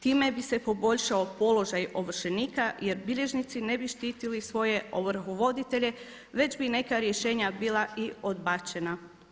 Time bi se poboljšao položaj ovršenika jer bilježnici ne bi štitili svoje ovrhovoditelje već bi neka rješenja bila i odbačena.